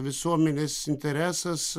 visuomenės interesas